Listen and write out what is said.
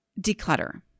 Declutter